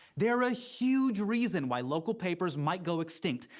they're a huge reason why local papers might go extinct.